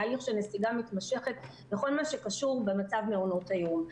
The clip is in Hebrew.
תהליך של נסיגה מתמשכת בכל מה שקשור במצב מעונות היום.